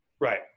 right